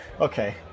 Okay